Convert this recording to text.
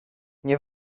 nie